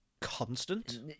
constant